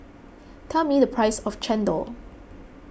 tell me the price of Chendol